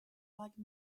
like